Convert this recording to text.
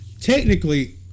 technically